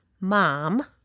mom